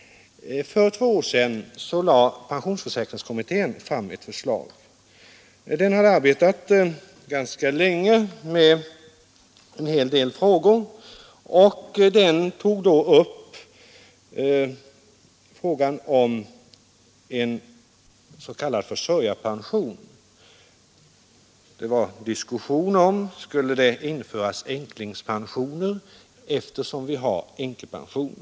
För två år sedan lade pensionsförsäkringskommittén fram ett förslag. Den hade arbetat ganska länge med en hel del frågor. Den tog då upp tanken på en s.k. försörjarpension. Man diskuterade om änklingspension skulle införas, eftersom änkepension finns.